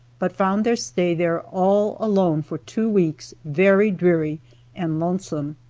but found their stay there all alone for two weeks very dreary and lonesome.